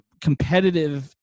competitive